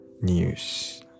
news